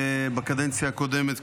בקדנציה הקודמת,